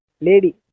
Lady